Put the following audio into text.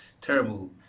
terrible